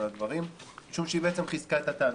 הדברים משום שהיא בעצם חיזקה את הטענות.